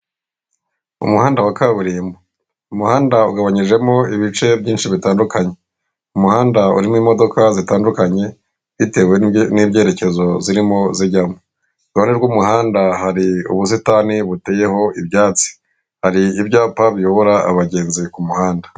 Umuhanda wa kaburimbo umuhanda ugabanyijemo ibice byinshi bitandukanye umuhanda urimo imodoka zitandukanye bitewe n'ibyerekezo zirimo zijyamo iruhande rw'umuhanda hari ubusitani buteyeho ibyatsi hari ibyapa biyobora abagenzi kumuhanda.